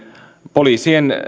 poliisien